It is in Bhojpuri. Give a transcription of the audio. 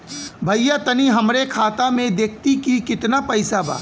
भईया तनि हमरे खाता में देखती की कितना पइसा बा?